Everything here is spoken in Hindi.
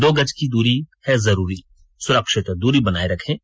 दो गज की दूरी है जरूरी सुरक्षित दूरी बनाए रखें